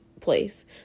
place